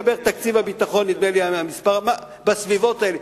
זה בערך תקציב הביטחון, נדמה לי, בסביבות האלה.